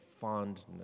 fondness